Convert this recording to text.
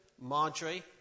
Marjorie